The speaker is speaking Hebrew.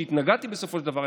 והתנגדתי להם בסופו של דבר,